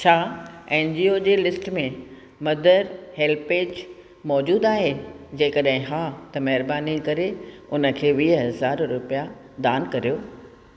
छा N G O जी list में मदर हेल्पेज मौजूदु आहे जेकॾहिं हा त महिरबानी करे उन खे वीह हज़ार रुपिया दान करियो